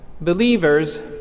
Believers